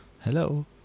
Hello